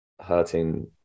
hurting